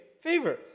favor